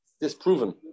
disproven